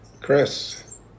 Chris